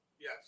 Yes